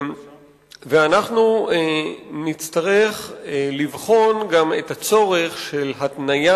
אנחנו נצטרך לבחון גם את הצורך בהתניה